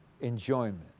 enjoyment